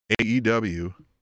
AEW